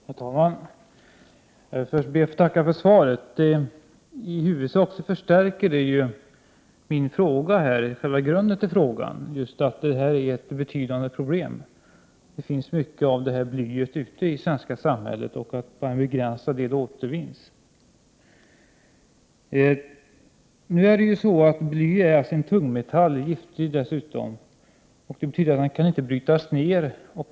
Herr talman! Först ber jag att få tacka för svaret. I huvudsak förstärker svaret själva grunden till min fråga, nämligen just att det här är ett betydande problem. Det finns mycket bly ute i det svenska samhället, och bara en begränsad del återvinns. Bly är en tungmetall som är giftig, och den kan inte brytas ner.